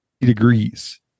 degrees